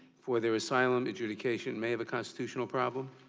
for their asylum, adjudication, may have a constitutional problem?